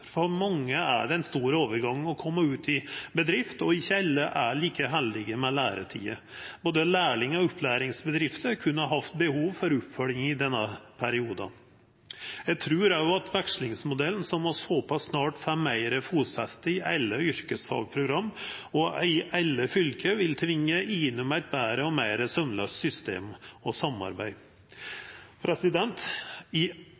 For mange er det ein stor overgang å kome ut i bedrift, og ikkje alle er like heldige med læretida. Både lærlingen og opplæringsbedrifta kunne hatt behov for oppfølging i denne perioden. Eg trur òg at vekslingsmodellen, som vi håpar snart får meir fotfeste i alle yrkesfagprogram og i alle fylke, vil tvinge igjennom eit betre og meir saumlaust system og samarbeid.